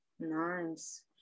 Nice